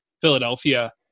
Philadelphia